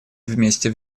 вместе